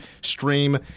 stream